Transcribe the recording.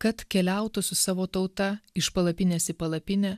kad keliautų su savo tauta iš palapinės į palapinę